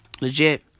Legit